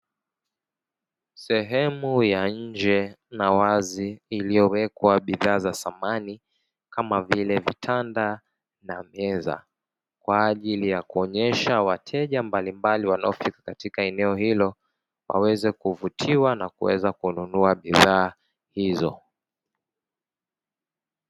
Sehemu ya nje na wazi iliyowekwa bidhaa za samani kama vile vitanda na meza, kwa ajili ya kuonyesha wateja mbalimbali wanaofika katika eneo hilo, waweze kuvutiwa na kuweza kununua bidhaa hizo.